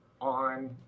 on